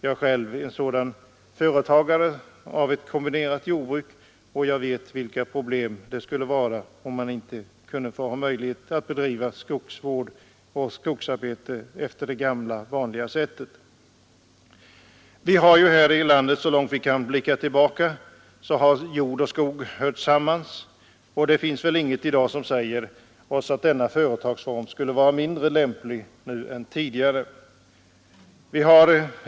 Jag är själv företagare med ett kombinerat jordbruk, och jag vet vilka problem det skulle bli, om vi inte fick bedriva skogsvård och skogsavverkning på det gamla vanliga sättet. Här i landet har så långt vi kan blicka tillbaka jord och skog hört samman, och det finns ingenting som säger att den kombinationen skulle vara mindre lämplig nu än tidigare.